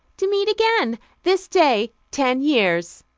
to meet again this day ten years!